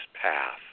path